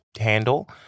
handle